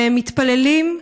ומתפללים.